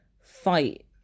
fight